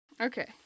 Okay